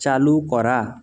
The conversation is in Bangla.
চালু করা